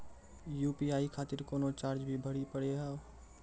UPI खातिर कोनो charge भी भरी पड़ी हो?